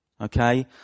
Okay